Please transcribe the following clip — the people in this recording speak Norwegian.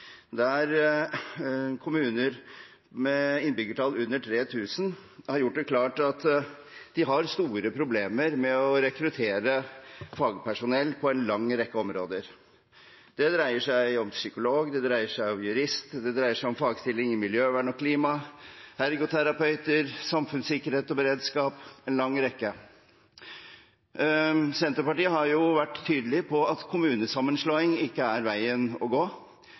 der kommuner med innbyggertall på under 3 000 har gjort det klart at de har store problemer med å rekruttere fagpersonell på en lang rekke områder. Det dreier seg om psykolog, det dreier seg om jurist, det dreier seg om fagstillinger innen miljøvern og klima, ergoterapi, samfunnssikkerhet og beredskap – en lang rekke. Senterpartiet har vært tydelig på at kommunesammenslåing ikke er veien å gå,